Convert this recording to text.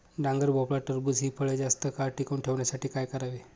डांगर, भोपळा, टरबूज हि फळे जास्त काळ टिकवून ठेवण्यासाठी काय करावे?